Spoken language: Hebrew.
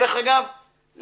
זה